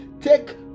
Take